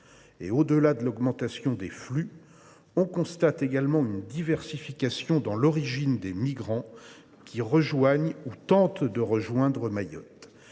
Au delà de l’augmentation des flux, on constate la diversification de l’origine des migrants qui rejoignent ou tentent de rejoindre Mayotte.